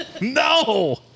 No